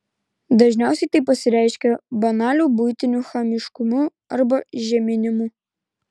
dažniausiai tai pasireiškia banaliu buitiniu chamiškumu arba žeminimu